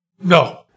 No